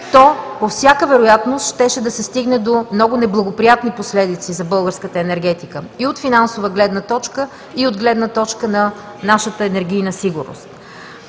по всяка вероятност щеше да се стигне до много неблагоприятни последици за българската енергетика и от финансова гледна точка, и от гледна точка на нашата енергийна сигурност.